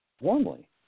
warmly